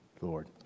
Lord